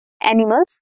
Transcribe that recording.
animal's